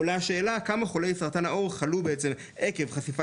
עולה השאלה כמה חולי סרטן העור חלו עקב חשיפה